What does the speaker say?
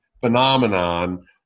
phenomenon